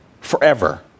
forever